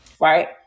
right